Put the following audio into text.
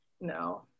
no